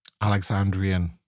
Alexandrian